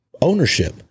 ownership